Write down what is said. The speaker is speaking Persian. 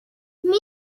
میشه